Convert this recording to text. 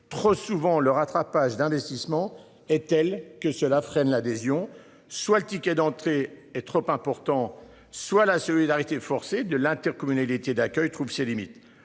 trop souvent le rattrapage d'investissement est telle que cela freine l'adhésion soit le ticket d'entrée est trop important, soit la solidarité forcée de l'intercommunalité d'accueil trouve ses limites.